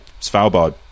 Svalbard